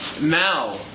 Now